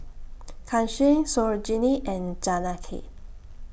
Kanshi Sarojini and Janaki